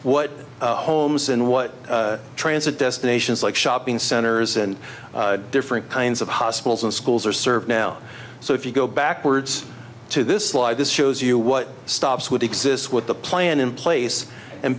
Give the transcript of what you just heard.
what homes and what transit destinations like shopping centers and different kinds of hospitals and schools are served now so if you go backwards to this slide this shows you what stops would exist with the plan in place and